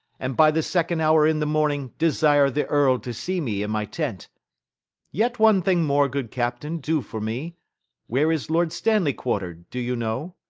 and by the second hour in the morning desire the earl to see me in my tent yet one thing more, good captain, do for me where is lord stanley quarter'd, do you know?